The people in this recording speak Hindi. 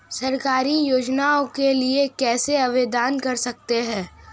सरकारी योजनाओं के लिए कैसे आवेदन कर सकते हैं?